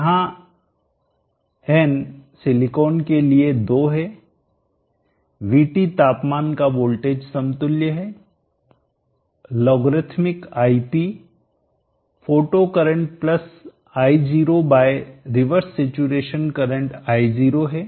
जहां n silicon के लिए 2 है VT तापमान का वोल्टेज समतुल्य है logarithmic ip photo current plus I0 by reverse education current i0 है